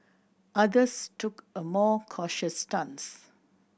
others took a more cautious stance